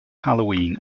halloween